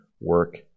work